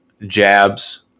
jabs